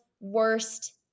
worst